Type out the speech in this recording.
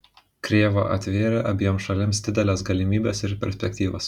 krėva atvėrė abiem šalims dideles galimybes ir perspektyvas